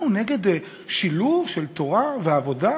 אנחנו נגד שילוב של תורה ועבודה,